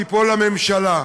תיפול הממשלה.